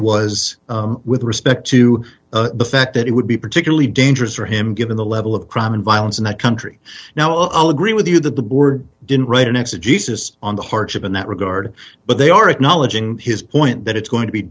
was with respect to the fact that it would be particularly dangerous for him given the level of crime and violence in that country now i'll agree with you that the board didn't write an exit jesus on the hardship in that regard but they are acknowledging his point that it's going to be